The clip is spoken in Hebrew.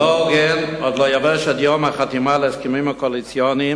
עוד לא יבש הדיו מהחתימה על ההסכמים הקואליציוניים